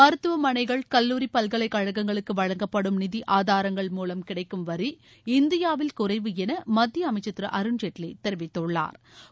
மருத்துவமனைகள் கல்லூரி பல்கலைக்கழகங்களுக்கு வழங்கப்படும் நிதி ஆதாரங்கள் மூலம் கிடைக்கும் வரி இந்தியாவில் குறைவு என மத்திய அமைச்ச் திரு அருண் ஜேட்வி தெரிவித்துள்ளாா்